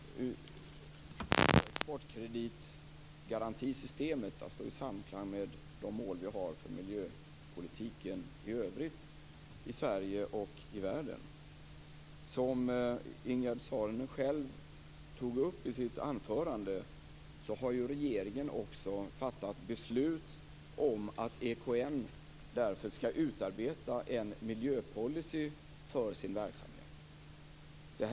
Fru talman! De är viktiga frågor som Ingegerd Saarinen tar upp och som gäller hur exportkreditgarantisystemet står i samklang med de mål som vi har för miljöpolitiken i övrigt i Sverige och i världen. Som Ingegerd Saarinen själv tog upp i sitt anförande har regeringen fattat beslut om att EKN därför skall utarbeta en miljöpolicy för sin verksamhet.